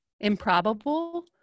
Improbable